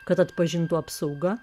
kad atpažintų apsauga